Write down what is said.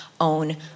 own